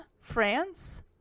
France